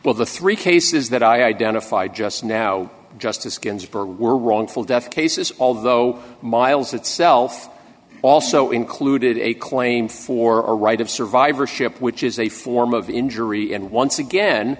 well the three cases that i identified just now justice ginsburg were wrongful death cases although miles itself also included a claim for a right of survivorship which is a form of injury and once again